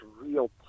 real